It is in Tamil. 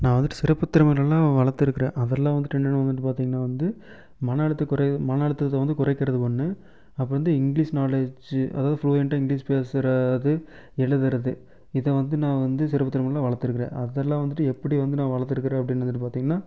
நான் வந்துட்டு சிறப்பு திறமைகளெல்லாம் வளர்த்துருக்குறேன் அதெல்லாம் வந்துட்டு என்னென்னு வந்துட்டு பார்த்தீங்கன்னா வந்து மன அழுத்த குறை மன அழுத்தத்தை குறைக்கிறது ஒன்று அப்றம் வந்து இங்கிலிஷ் நாலேஜி அதாவது ஃப்ளூயெண்ட்டாக இங்கிலிஷ் பேசுகிறது எழுதுகிறது இதை வந்து நான் வந்து சிறப்பு திறமைகளாக வளர்த்துருக்குறேன் அதில் வந்துட்டு எப்படி வந்து நான் வளர்த்துருக்குறேன் அப்படின்னு வந்துட்டு பார்த்தீங்கன்னா